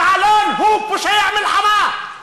יעלון הוא פושע מלחמה.